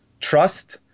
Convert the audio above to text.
trust